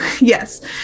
Yes